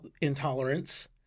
intolerance